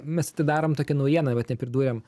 mes atidarom tokią naujieną vat nepridūrėm